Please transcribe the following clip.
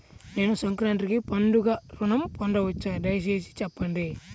నేను సంక్రాంతికి పండుగ ఋణం పొందవచ్చా? దయచేసి చెప్పండి?